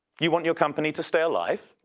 you want your company to stay alive,